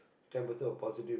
ten percent of positive